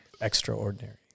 extraordinary